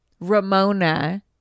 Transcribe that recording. Ramona